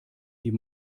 die